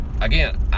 Again